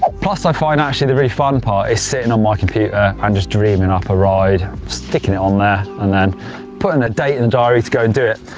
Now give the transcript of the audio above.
plus i find actually the really fun part is sitting on my computer and just dreaming up a ride, sticking it on there and then putting a date in the diary to go and do it.